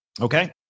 Okay